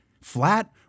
Flat